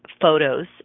photos